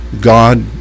God